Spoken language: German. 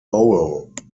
borough